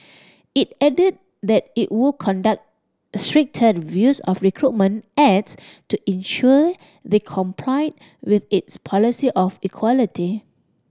it added that it would conduct stricter reviews of recruitment ads to ensure they complied with its policy of equality